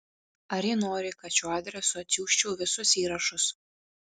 ar ji nori kad šiuo adresu atsiųsčiau visus įrašus